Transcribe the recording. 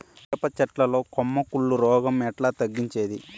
మిరప చెట్ల లో కొమ్మ కుళ్ళు రోగం ఎట్లా తగ్గించేది?